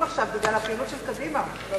עכשיו בגלל הפעילות של קדימה בממשלה הקודמת.